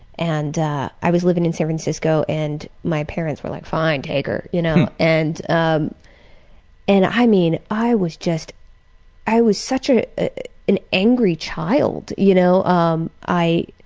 and i was living in san francisco and my parents were like, fine, take her. jess you know and ah and i mean i was just i was such ah an angry child, you know, um i